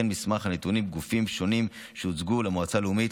וכן נסמך על נתונים מגופים שונים שהוצגו למועצה הלאומית